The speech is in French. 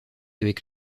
avec